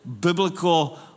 biblical